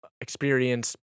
experience